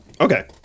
Okay